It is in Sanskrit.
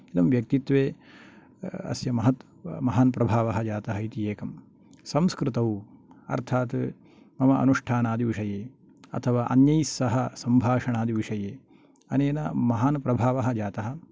इदं व्यक्तित्वे अस्य महत् महान् प्रभावः जातः इति एकं संस्कृतौ अर्थात् मम अनुष्ठानादिविषये अथवा अन्यैः सह सम्भाषणादिविषये अनेन महान् प्रभावः जातः